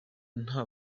nta